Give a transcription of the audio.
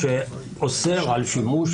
נורא קשה לשלוט על זה.